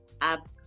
up